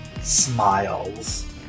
smiles